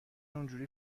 اونحوری